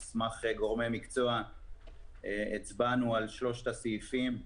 על סמך גורמי מקצוע הצבענו על שלושת הסעיפים,